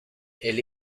elle